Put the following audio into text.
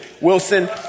Wilson